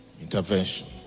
Intervention